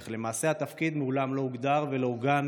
אך למעשה התפקיד מעולם לא הוגדר ולא עוגן